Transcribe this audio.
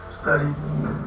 studied